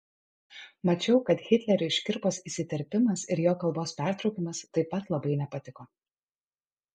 mačiau kad hitleriui škirpos įsiterpimas ir jo kalbos pertraukimas taip pat labai nepatiko